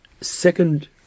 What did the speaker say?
second